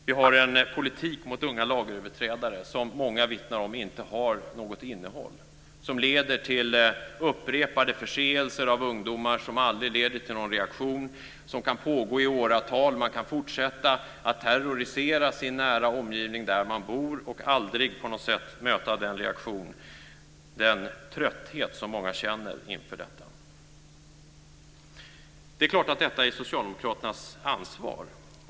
Vi har en politik mot unga lagöverträdare som många vittnar om inte har något innehåll och som leder till upprepade förseelser av ungdomar, som aldrig leder till någon reaktion och som kan pågå i åratal. De kan fortsätta att terrorisera sin nära omgivning där de bor och aldrig på något sätt möta den reaktion och den trötthet som många känner inför detta. Det är klart att detta är socialdemokraternas ansvar.